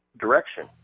direction